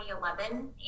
2011